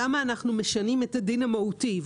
שם אנחנו משנים את הדין המהותי,